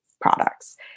products